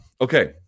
Okay